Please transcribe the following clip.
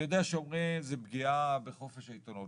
אני יודע שאומרים שזו פגיעה בחופש העיתונות,